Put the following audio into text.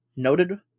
noted